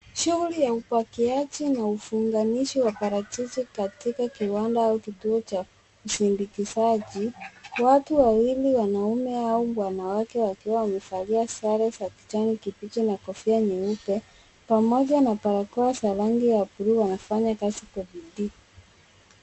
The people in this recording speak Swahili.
Shughuli ya upakiaji na ufunganishi wa parachichi katika kiwanda au kituo cha usindikizaji. Watu wawili wanaume au wanawake wakiwa wamevalia sare za kijani kibichi na kofia nyeupe pamoja na barakoa za rangi ya buluu wanafanya kazi kwa bidii.